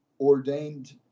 ordained